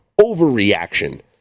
overreaction